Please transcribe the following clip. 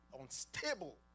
Unstable